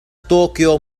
طوكيو